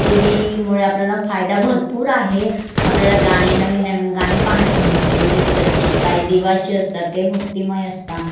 T व्हीमुळे आपल्याला फायदा भरपूर आहे आपल्याला गाणे नवीन नवीन गाणे पाहत मिळते पिच्चरचे काही देवाचे असतात काही भक्तिमय असतात